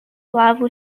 lava